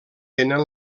tenen